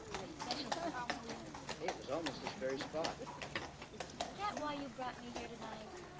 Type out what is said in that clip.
they're special for us it was almost this very spot is that why you brought me here tonight?